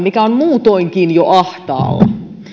mikä on muutoinkin jo ahtaalla